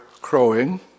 crowing